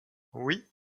oui